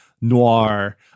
noir